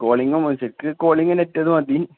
കോളിംഗും calling നെറ്റത് മതി